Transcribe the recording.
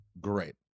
great